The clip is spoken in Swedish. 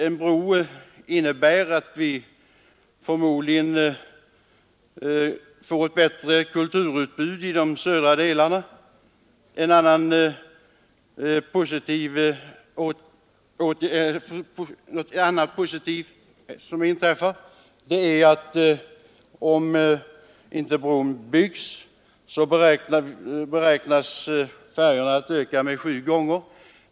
En bro innebär att vi förmodligen får ett bättre kulturutbud i de södra delarna av landet. Vidare beräknas färjetrafiken öka sju gånger om bron inte byggs.